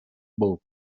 both